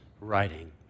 writing